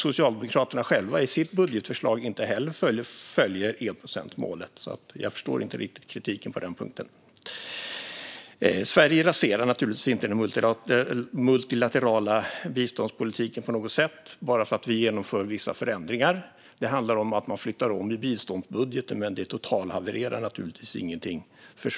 Socialdemokraterna följer i sitt budgetförslag inte heller enprocentsmålet, så jag förstår inte riktigt kritiken på den punkten. Sverige raserar naturligtvis inte den multilaterala biståndspolitiken på något sätt bara för att man genomför vissa förändringar. Det handlar om att man flyttar om i biståndsbudgeten, men det gör naturligtvis inte att något totalhavererar.